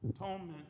atonement